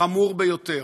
חמור ביותר.